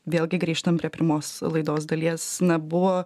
vėlgi grįžtam prie pirmos laidos dalies na buvo